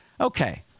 Okay